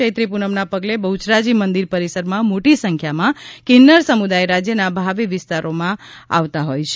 ચૈત્રી પૂનમના પગલે બહુચરાજી મંદિર પરિસરમાં મોટી સંખ્યામાં કિન્નર સમુદાય રાજયના ભાવિ વિસ્તારમાંથી આવતો હોય છે